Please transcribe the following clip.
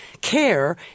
care